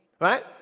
right